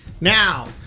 now